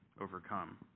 overcome